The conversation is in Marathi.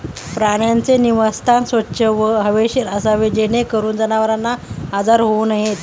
प्राण्यांचे निवासस्थान स्वच्छ व हवेशीर असावे जेणेकरून जनावरांना आजार होऊ नयेत